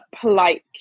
polite